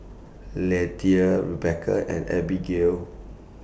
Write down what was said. Leatha Rebecca and Abigayle